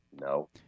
No